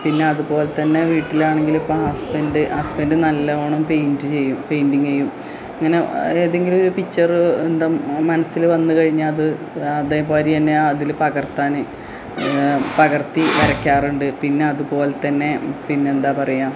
പിന്നതുപോലെ തന്നെ വീട്ടിലാണെങ്കിലും ഇപ്പം ഹസ്ബൻഡ് ഹസ്ബൻഡ് നല്ലവണ്ണം പെയിൻറ്റ് ചെയ്യും പെയിൻറ്റിങ്ങ് ചെയ്യും അങ്ങനെ ഏതെങ്കിലും ഒരു പിക്ച്ചർ എന്തും മനസ്സിൽ വന്നു കഴിഞ്ഞാൽ അത് അതേ മാതിരി തന്നെ അതിൽ പകർത്താൻ പകർത്തി വരക്കാറുണ്ട് പിന്നതുപോലെ തന്നെ പിന്നെന്താ പറയുക